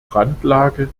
randlage